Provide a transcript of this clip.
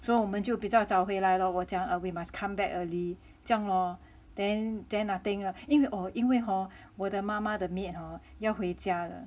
so 我们就比较早回来咯我讲 err we must come back early 这样 lor then then nothing 了因为 oh 因为 hor 我的妈妈的 maid hor 要回家了